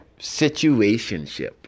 situationship